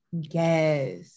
yes